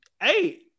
Hey